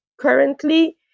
currently